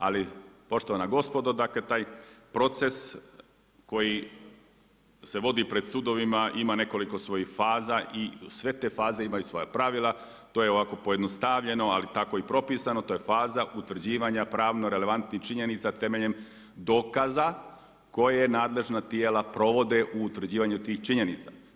Ali poštovana gospodo, dakle taj proces koji se vodi pred sudovima ima nekoliko svojih faza i sve te faze imaju svoja pravila, to je ovako pojednostavljeno ali tako i propisano, to je faza utvrđivanja pravno relevantnih činjenica temeljem dokaza koje nadležna tijela provode u utvrđivanju tih činjenica.